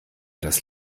das